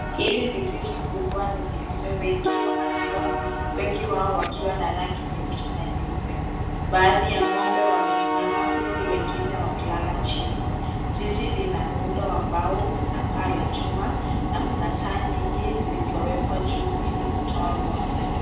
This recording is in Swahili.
Hili ni zizi kubwa lenye ng'ombe wengi wa maziwa, wengi wao wakiwa na rangi nyeusi na nyeupe. Baadhi ya ng'ombe wamesimama huku wengine wamelala chini. Zizi lina muundo wa mbao na paa la chuma na kuna taa nyingi zilizowekwa juu ili kutoa mwanga.